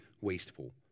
wasteful